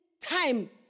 time